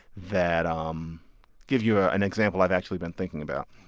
that um give you ah an example i've actually been thinking about.